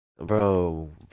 bro